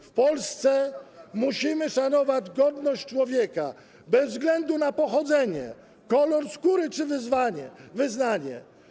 W Polsce musimy szanować godność człowieka, bez względu na pochodzenie, kolor skóry czy wyznanie.